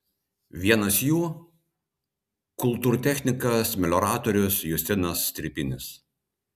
vienas jų kultūrtechnikas melioratorius justinas stripinis